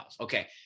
Okay